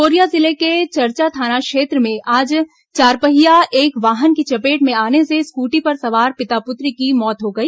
Korea जिले के चरचा थाना क्षेत्र में आज चारपहिया एक वाहन की चपेट में आने से स्कूटी पर सवार पिता पुत्री की मौत हो गई